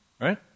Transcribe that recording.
Right